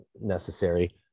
necessary